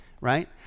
right